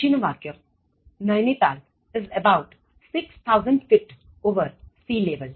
પછીનું વાક્ય Nainital is about 6000 feet over sea level